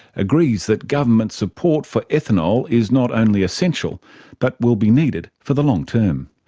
agrees that government support for ethanol is not only essential but will be needed for the long term.